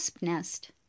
Nest